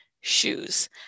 shoes